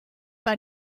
bei